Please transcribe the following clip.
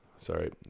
sorry